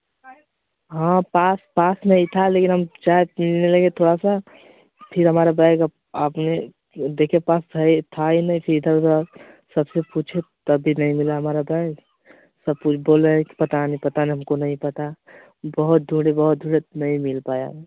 हाँ पास पास में ही था लेकिन हम चाय पीने लगे थोड़ा सा फिर हमारा बैग आपने देखे पास था ही था ही नहीं फिर इधर उधर हम सबसे पूछे तब भी नहीं मिला हमारा बैग सब बोल रहे कि पता नहीं पता नहीं हमको नहीं पता बहुत ढूढ़े बहुत ढूढे नहीं मिल पाया